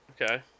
Okay